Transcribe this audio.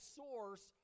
source